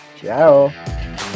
Ciao